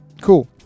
cool